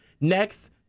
Next